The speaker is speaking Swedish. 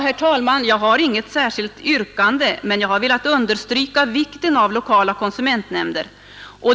Herr talman! Jag har inget särskilt yrkande, men jag har velat understryka vikten av de lokala konsumentnämnderna.